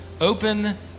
Open